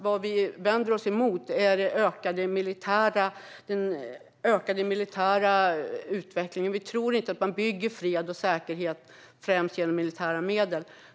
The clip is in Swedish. Vad vi vänder oss emot är den ökade militära utvecklingen. Vi tror inte att man bygger fred och säkerhet främst med militära medel.